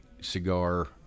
cigar